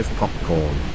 popcorn